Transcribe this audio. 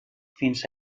fins